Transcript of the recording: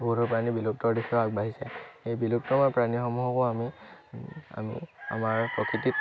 বহুতো প্ৰাণী বিলুপ্তৰ দিশে আগবাঢ়িছে এই বিলুপ্তপ্ৰায় প্ৰাণীসমূহকো আমি আমি আমাৰ প্ৰকৃতিত